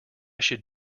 should